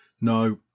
No